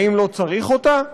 האם לא צריך אותה?